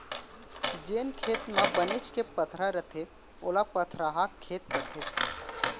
जेन खेत म बनेच के पथरा रथे ओला पथरहा खेत कथें